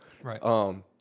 Right